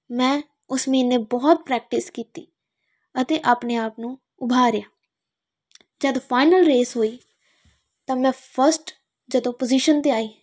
ਮੈਂ ਉਸ ਮਹੀਨੇ ਬਹੁਤ ਪ੍ਰੈਕਟਿਸ ਕੀਤੀ ਅਤੇ ਆਪਣੇ ਆਪ ਨੂੰ ਉਭਾਰਿਆ ਜਦੋਂ ਫਾਈਨਲ ਰੇਸ ਹੋਈ ਤਾਂ ਮੈਂ ਫਸਟ ਜਦੋਂ ਪੋਜੀਸ਼ਨ 'ਤੇ ਆਈ